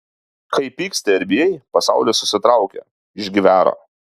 kai pyksti ar bijai pasaulis susitraukia išgvęra